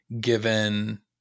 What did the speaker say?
given